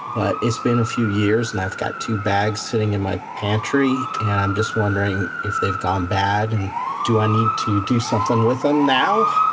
but it's been a few years, and i've got two bags sitting in my pantry. and i'm just wondering if they've gone bad. and do i need to do something with them now,